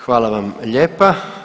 Hvala vam lijepa.